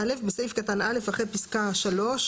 (א) בסעיף קטן (א), אחרי פסקה (3)